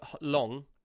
long